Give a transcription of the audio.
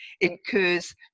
incurs